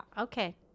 okay